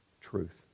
truth